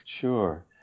sure